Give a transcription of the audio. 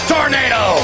Tornado